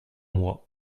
mois